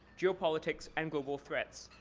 geo-politics, and global threats.